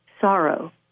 sorrow